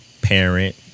parent